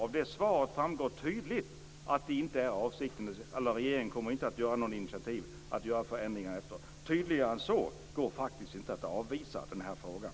Av svaret framgår tydligt att regeringen inte kommer att ta något initiativ för att vidta förändringar. Tydligare än så går det inte att avvisa frågan.